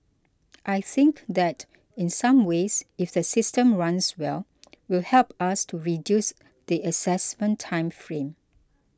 I think that in some ways if the system runs well will help us to reduce the assessment time frame